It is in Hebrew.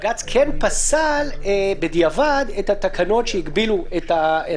בג"ץ כן פסל בדיעבד את התקנות הספציפיות